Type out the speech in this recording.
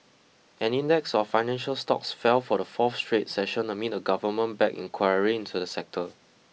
an index of financial stocks fell for the fourth straight session amid a government backed inquiry into the sector